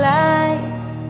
life